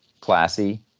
classy